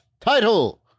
Title